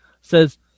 says